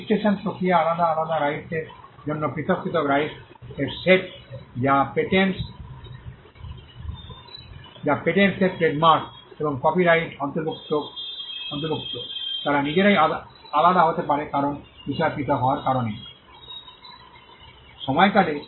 registration প্রক্রিয়া আলাদা আলাদা রাইটস এরজন্য পৃথক পৃথক রাইটস এর সেট যা পেটেন্টস এবং ট্রেডমার্ক এবং কপিরাইট অন্তর্ভুক্ত তারা নিজেরাই আলাদা হতে পারে কারণ বিষয় পৃথক হওয়ার কারণে